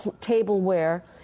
tableware